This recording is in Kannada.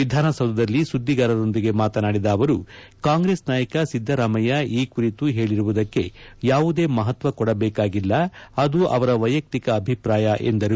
ವಿಧಾನಸೌಧದಲ್ಲಿ ಸುದ್ದಿಗಾರರೊಂದಿಗೆ ಮಾತನಾಡಿದ ಅವರು ಕಾಂಗ್ರೆಸ್ ನಾಯಕ ಸಿದ್ದರಾಮಯ್ಯ ಈ ಕುರಿತು ಹೇಳಿರುವುದಕ್ಕೆ ಯಾವುದೇ ಮಹತ್ವ ಕೊಡಬೇಕಾಗಿಲ್ಲ ಅದು ಅವರ ವೈಯಕ್ತಿಕ ಅಭಿಪ್ರಾಯ ಎಂದರು